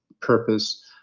purpose